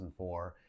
2004